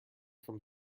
from